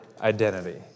identity